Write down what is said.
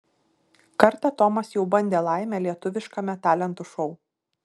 kartą tomas jau bandė laimę lietuviškame talentų šou